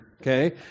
okay